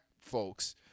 folks